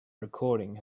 recording